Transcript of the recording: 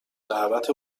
دعوت